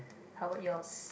how about yours